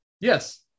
Yes